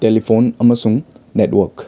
telephone ꯑꯃꯁꯨꯡ network